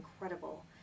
incredible